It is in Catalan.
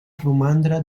romandre